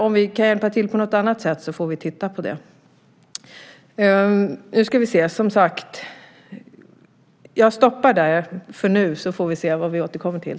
Om vi kan hjälpa till på något annat sätt får vi titta på det. Jag stoppar där för tillfället, så får vi se vad vi återkommer till.